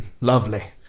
Lovely